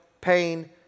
pain